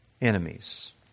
enemies